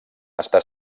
està